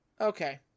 Okay